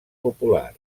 popular